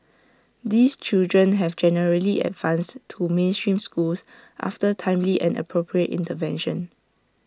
these children have generally advanced to mainstream schools after timely and appropriate intervention